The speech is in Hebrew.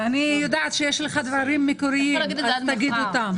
אני יודעת שיש לך דברים מקוריים, אז תגיד אותם.